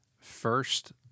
first